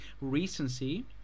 Recency